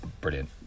Brilliant